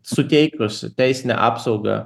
suteikus teisinę apsaugą